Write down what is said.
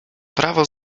prawo